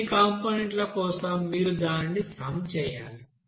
అన్ని కంపోనెంట్ ల కోసం మీరు దానిని సమ్ చేయాలి